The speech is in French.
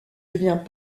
devient